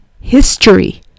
history